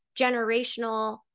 generational